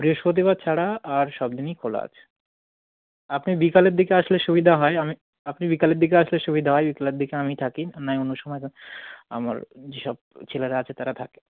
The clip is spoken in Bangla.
বৃহস্পতিবার ছাড়া আর সব দিনই খোলা আছে আপনি বিকালের দিকে আসলে সুবিধা হয় আমি আপনি বিকালের দিকে আসলে সুবিধা হয় বিকালের দিকে আমি থাকি নয় অন্য সময় তো আমার যেসব ছেলেরা আছে তারা থাকে